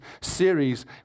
series